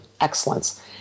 excellence